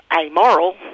amoral